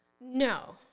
No